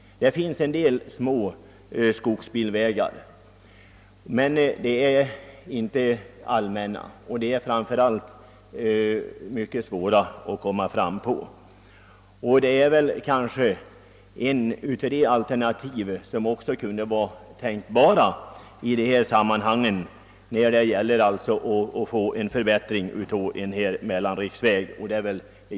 Det finns en del små skogsbilvägar, men dessa vägar är inte allmänna och framför allt myc: ket svåra att komma fram på. Denna sträckning är ett av de alternativ som är tänkbara när det gäller att åstad: komma en mellanriksväg.